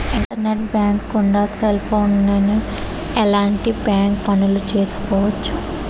internet bank గుండా cell ఫోన్లోనే ఎలాంటి బ్యాంక్ పనులు చేసుకోవచ్చు